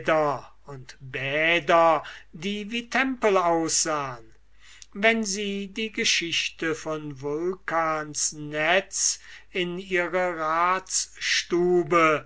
und bäder die wie tempel aussahen wenn sie die geschichte von vulcans netze in ihre